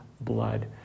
blood